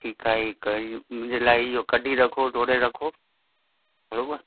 ठीकु आहे इ करे मुंहिंजे लाइ इहो कढी रखो तोरे रखो बरोबरु